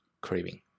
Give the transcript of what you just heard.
craving